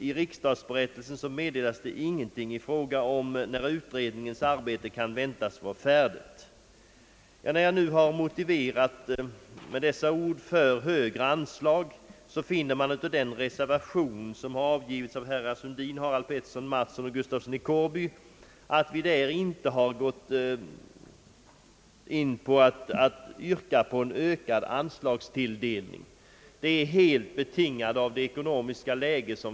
I riksdagsberättelsen meddelas det ingenting i fråga om när utredningens arbete kan väntas vara färdigt. När jag nu med dessa ord har gett en motivering för högre anslag, finner man av den reservation som har avgivits av herrar Sundin, Harald Pettersson, Mattsson och Gustafsson i Kårby, att vi där inte har gått in på att yrka på en ökad anslagstilldelning. Detta är helt betingat av det ekonomiska läget.